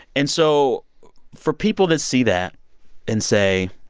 and so for people that see that and say,